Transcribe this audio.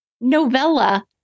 novella